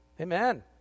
Amen